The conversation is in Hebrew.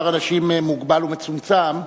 הואיל ואני רואה פה מספר אנשים מוגבל ומצומצם,